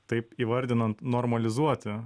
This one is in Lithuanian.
taip įvardinant normalizuoti